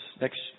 next